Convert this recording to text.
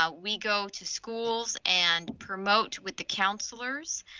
ah we go to schools and promote with the counselors,